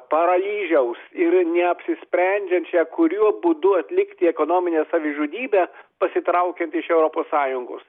paralyžiaus ir neapsisprendžiančią kuriuo būdu atlikti ekonominę savižudybę pasitraukiant iš europos sąjungos